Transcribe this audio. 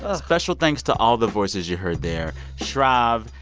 ah special thanks to all the voices you heard there shrav,